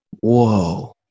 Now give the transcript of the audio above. Whoa